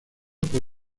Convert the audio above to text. por